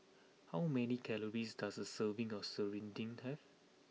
how many calories does a serving of Serunding have